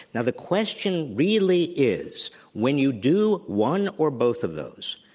now, the question really is when you do one or both of those,